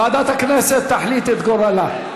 ועדת הכנסת תחליט את גורלה.